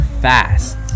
fast